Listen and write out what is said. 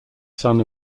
son